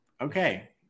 okay